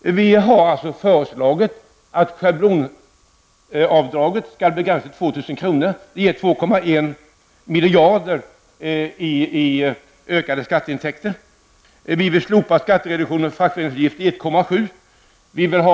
Vi har alltså föreslagit att schablonavdraget skall begränsas till 2 000 kr. Det ger 2,1 miljarder i ökade skatteintäkter. Vidare vill vi slopa skattereduktionen beträffande fackföreningsavgifter. Det gäller alltså 1 700 kr.